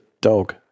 dog